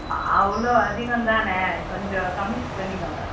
அவ்வளோ அதிகம் தானே கொஞ்சம் கம்மி பண்ணிக்கோங்கள்